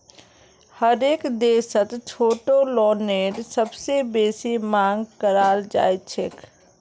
हरेक देशत छोटो लोनेर सबसे बेसी मांग कराल जाछेक